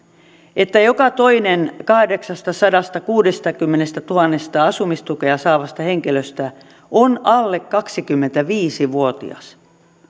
että joka toinen kahdeksastasadastakuudestakymmenestätuhannesta asumistukea saavasta henkilöstä on alle kaksikymmentäviisi vuotias